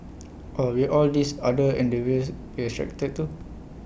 or will all these other endeavours be restricted too